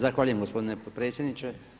Zahvaljujem gospodine potpredsjedniče.